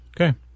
okay